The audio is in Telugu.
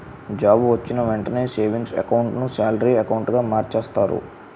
జాబ్ వొచ్చిన వెంటనే సేవింగ్స్ ఎకౌంట్ ను సాలరీ అకౌంటుగా మార్చేస్తారు